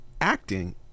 acting